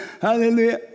Hallelujah